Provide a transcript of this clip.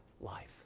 life